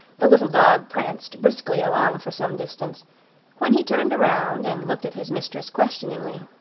the little dog pranced briskly along for some distance when he turned around and looked at his mistress questioningly.